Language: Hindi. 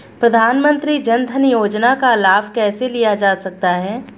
प्रधानमंत्री जनधन योजना का लाभ कैसे लिया जा सकता है?